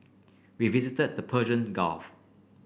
we visited the Persian Gulf